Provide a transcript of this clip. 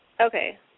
Okay